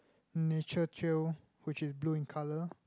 nature trail which is blue in colour